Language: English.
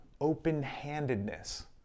open-handedness